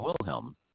Wilhelm